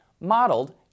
modeled